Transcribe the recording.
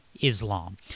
Islam